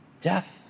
death